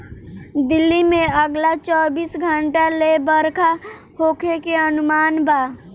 दिल्ली में अगला चौबीस घंटा ले बरखा होखे के अनुमान बा